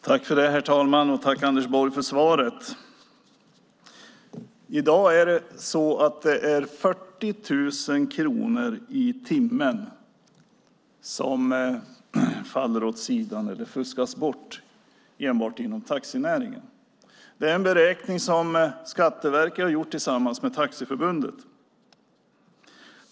Herr talman! Tack, Anders Borg, för svaret! I dag är det 40 000 kronor i timmen som faller åt sidan eller fuskas bort enbart inom taxinäringen. Det är en beräkning som Skatteverket har gjort tillsammans med Taxiförbundet.